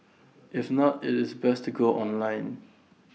if not IT is best to go online